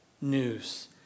news